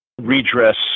redress